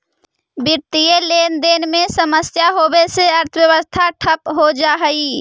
वित्तीय लेनदेन में समस्या होवे से अर्थव्यवस्था ठप हो जा हई